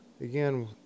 again